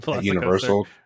universal